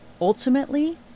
Ultimately